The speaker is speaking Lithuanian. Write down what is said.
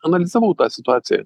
analizavau tą situaciją